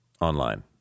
online